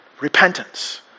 repentance